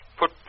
put